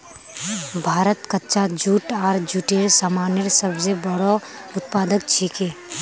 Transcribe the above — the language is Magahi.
भारत कच्चा जूट आर जूटेर सामानेर सब स बोरो उत्पादक छिके